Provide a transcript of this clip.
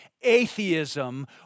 Atheism